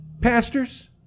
pastors